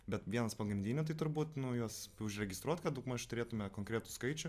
bet vienas pagrindinių tai turbūt nu juos užregistruot kad daugmaž turėtume konkretų skaičių